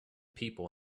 people